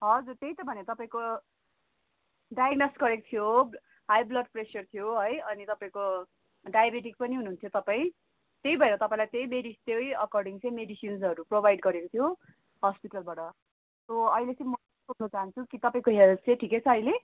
हजुर त्यही त भनेको तपाईँको डायगोनाइस्ट गरेको थियो हाई ब्लड प्रेसर थियो है अनि तपाईँको डाइबेटिक पनि हुनुहुन्थ्यो तपाईँ त्यही भएर तपाईँलाई त्यही बेसिस त्यही एकोर्डिङ मेडिसेन्सहरू प्रोभाइड गरेको थियो हस्पिटलबाट सो अहिले चाहिँ म सोध्न चाहन्छु कि तपाईँको हेल्थ चाहिँ ठिकै छ अहिले